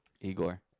Igor